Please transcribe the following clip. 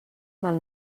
mal